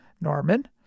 Norman